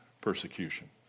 persecution